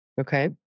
Okay